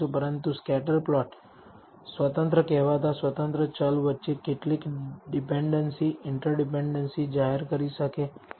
પરંતુ scatter plot સ્વતંત્ર કહેવાતા સ્વતંત્ર ચલ વચ્ચે કેટલીક ડીપેનડેંસી ઈન્ટરડીપેનડેંસી જાહેર કરી શકે છે